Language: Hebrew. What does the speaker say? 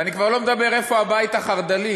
ואני כבר לא מדבר איפה הבית החרד"לי,